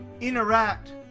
interact